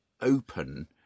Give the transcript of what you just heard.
Open